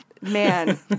Man